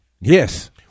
Yes